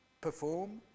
perform